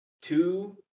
two